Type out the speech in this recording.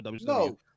no